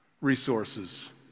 resources